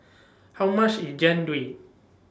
How much IS Jian Dui